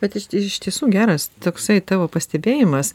bet iš iš tiesų geras toksai tavo pastebėjimas